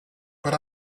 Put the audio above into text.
but